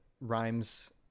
rhymes